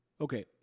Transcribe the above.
Okay